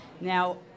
Now